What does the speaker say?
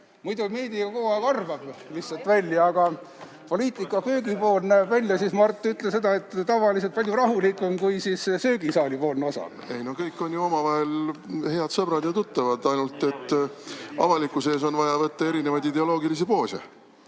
Muidu meedia kogu aeg lihtsalt arvab. Aga poliitika köögipool näeb välja, Mart, ütle seda, tavaliselt palju rahulikum kui söögisaalipoolne osa. Ei no kõik on ju omavahel head sõbrad ja tuttavad, ainult et avalikkuse ees on vaja võtta erinevaid ideoloogilisi poose.